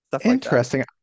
interesting